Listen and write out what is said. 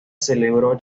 celebró